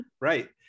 Right